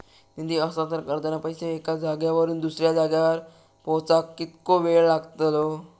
निधी हस्तांतरण करताना पैसे एक्या जाग्यावरून दुसऱ्या जाग्यार पोचाक कितको वेळ लागतलो?